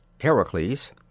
Heracles